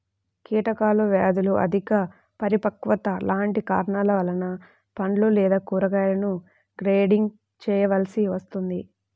కీటకాలు, వ్యాధులు, అధిక పరిపక్వత లాంటి కారణాల వలన పండ్లు లేదా కూరగాయలను గ్రేడింగ్ చేయవలసి వస్తుంది